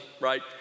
right